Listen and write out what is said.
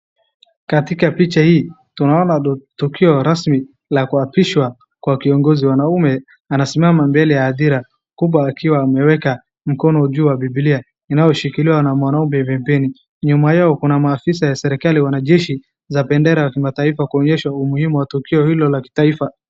Katika picha hii, tunaona tukio rasmi la kuapishwa kwa kiongozi. Mwanaume anasimama mbele ya hadhira kubwa akiwa ameweka mkono juu ya Bibilia inayoshikiliwa na mwanaume pembeni. Nyuma yao kuna maafisa ya serikali, wanajeshi, bendera ya kimataifa kuonyesha umuhimu wa tukio hilo la kitaifa.